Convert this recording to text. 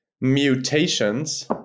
Mutations